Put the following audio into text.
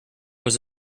was